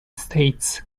states